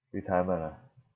retirement ah